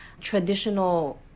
traditional